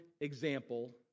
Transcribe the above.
example